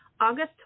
August